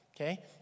Okay